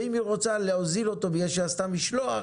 ואם היא רוצה להוזיל אותו בגלל שהיא עשתה משלוח,